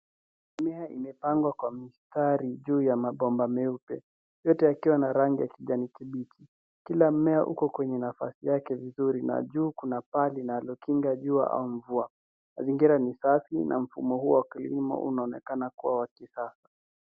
Mimea imepandwa kwa mistari juu ya mabomba meupe yote yakiwa na rangi ya kijani kibichi. Kila mmea uko kwenye nafasi yake vizuri na juu kuna paa linalokinga jua au mvua. Mazingira ni safi na mfumo huu wa kilimo unaonekana kuwa wa kisasa.